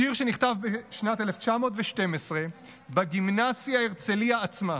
שיר שנכתב בשנת 1912 בגימנסיה הרצליה עצמה,